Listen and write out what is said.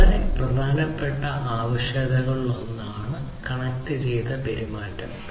വളരെ പ്രധാനപ്പെട്ട ആവശ്യകതകളിലൊന്ന് കണക്റ്റുചെയ്ത പെരുമാറ്റമാണ്